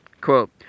Quote